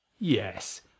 Yes